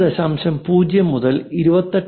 0 മുതൽ 28